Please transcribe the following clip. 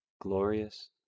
glorious